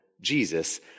Jesus